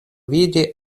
vidi